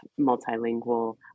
multilingual